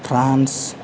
France